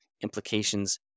implications